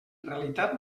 realitat